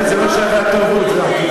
חבר הכנסת זאב, יש לך עוד שתי דקות.